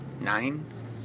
nine